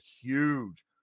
huge